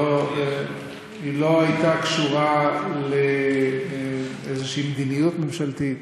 היא לא הייתה קשורה לאיזושהי מדיניות ממשלתית.